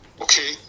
Okay